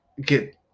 get